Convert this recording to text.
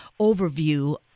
overview